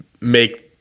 make